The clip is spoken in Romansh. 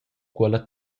quella